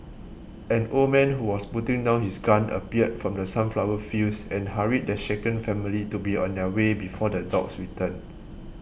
an old man who was putting down his gun appeared from the sunflower fields and hurried the shaken family to be on their way before the dogs return